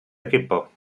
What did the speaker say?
equipo